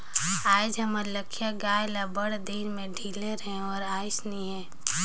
आयज हमर लखिया गाय ल बड़दिन में ढिले रहें ओहर आइस नई हे